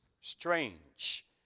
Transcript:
strange